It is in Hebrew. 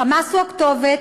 "חמאס" הוא הכתובת,